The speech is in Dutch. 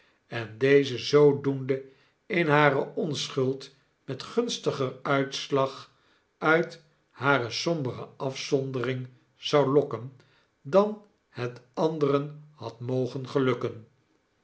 en deze zoodoende in hare onschuld met gunstiger uitslag uit hare sombere afzondering zou iokken dan het anderen had mogen gelukken